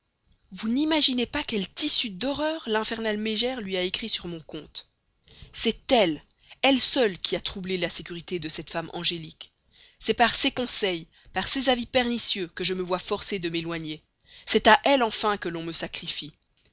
vous n'imaginez pas quel tissu d'horreurs l'infernale mégère lui a écrit sur mon compte c'est elle elle seule qui a troublé la sécurité de cette femme angélique c'est par ses conseils par ses avis pernicieux que je me vois forcé de m'éloigner c'est à elle enfin que l'on me sacrifie